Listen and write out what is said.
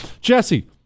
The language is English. Jesse